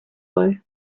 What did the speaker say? play